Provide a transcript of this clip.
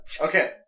Okay